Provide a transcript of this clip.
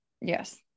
Yes